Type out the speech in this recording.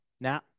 now